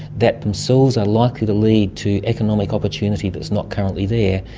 that themselves are likely to lead to economic opportunity that is not currently there,